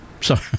Sorry